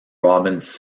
robbins